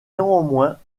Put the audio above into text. néanmoins